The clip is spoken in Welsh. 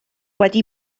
wedi